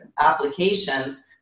applications